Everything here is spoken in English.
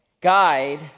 guide